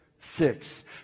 six